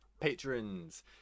patrons